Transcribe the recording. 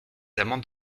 amendes